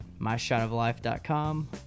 myshotoflife.com